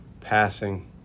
passing